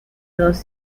dos